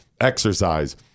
exercise